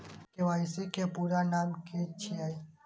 KYC के पूरा नाम की छिय?